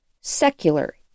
secular